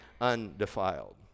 undefiled